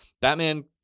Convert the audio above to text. batman